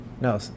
no